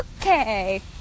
Okay